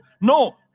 no